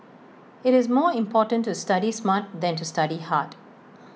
IT is more important to study smart than to study hard